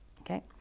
okay